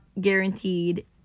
guaranteed